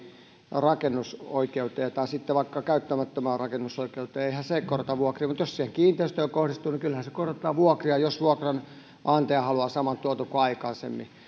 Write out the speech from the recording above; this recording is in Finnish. rakennusoikeuteen tai sitten vaikka käyttämättömään rakennusoikeuteen eihän se korota vuokria mutta jos se siihen kiinteistöön kohdistuu niin kyllähän se korottaa vuokria jos vuokranantaja haluaa saman tuoton kuin aikaisemmin